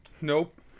Nope